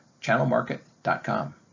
channelmarket.com